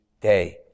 day